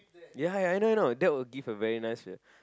ya I know that would give a very nice yeah